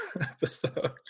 episode